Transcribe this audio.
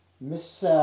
Miss